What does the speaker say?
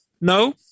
No